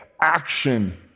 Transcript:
action